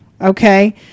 okay